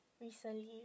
recently